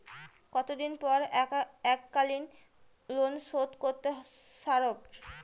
কতদিন পর এককালিন লোনশোধ করতে সারব?